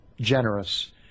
generous